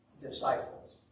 disciples